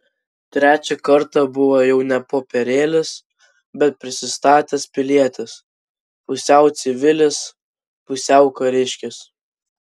trečią kartą buvo jau ne popierėlis bet prisistatęs pilietis pusiau civilis pusiau kariškis